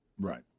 Right